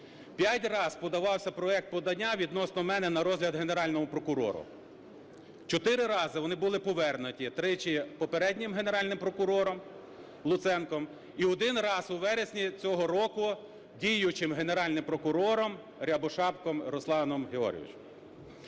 П'ять раз подавався проект подання відносно мене на розгляд Генеральному прокурору. Чотири рази вони були повернуті, тричі попереднім Генеральним прокурором Луценком і один раз у вересні цього року діючим Генеральним прокурором Рябошапкою Русланом Георгійовичем.